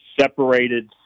separated